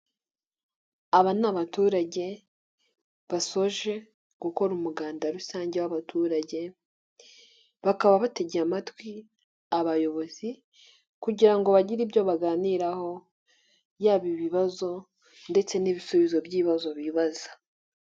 aba ni abaturage basoje gukora umuganda rusange w'abaturage, bakaba bategeye amatwi abayobozi, kugira ngo bagire ibyo baganiraho, yaba ibibazo ndetse n'ibisubizo by'ibibazo bibaza.